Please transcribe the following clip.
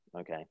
Okay